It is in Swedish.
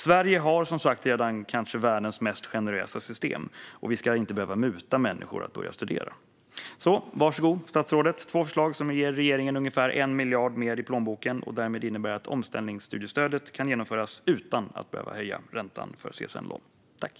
Sverige har som sagt redan kanske världens mest generösa system, och vi ska inte muta människor för att de ska börja studera. Varsågod, statsrådet! Det här är två förslag som ger regeringen ungefär 1 miljard mer i plånboken och därmed innebär att omställningsstudiestödet kan genomföras utan att räntan för CSN-lån behöver höjas.